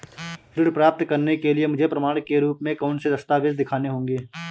ऋण प्राप्त करने के लिए मुझे प्रमाण के रूप में कौन से दस्तावेज़ दिखाने होंगे?